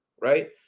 right